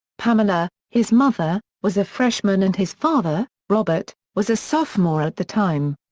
pamela, his mother, was a freshman and his father, robert, was a sophomore at the time.